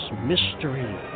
Mystery